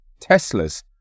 Teslas